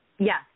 Yes